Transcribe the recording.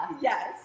Yes